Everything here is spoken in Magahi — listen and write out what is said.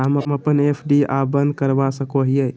हम अप्पन एफ.डी आ बंद करवा सको हियै